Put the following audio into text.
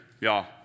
y'all